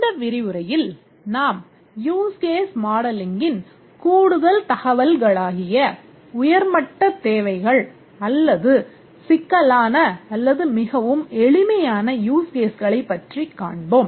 இந்த விரிவுரையில் நாம் யூஸ் கேஸ் மாடலிங்கின் கூடுதல் தகவல்களாகிய உயர் மட்டத் தேவைகள் அல்லது சிக்கலான அல்லது மிகவும் எளிமையான யூஸ் கேஸ் களைப் பற்றி காண்போம்